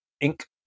ink